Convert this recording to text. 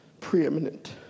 preeminent